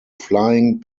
flying